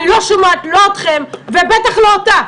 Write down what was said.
אני לא שומעת, לא אתכם ובטח לא אותה.